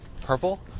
purple